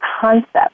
concept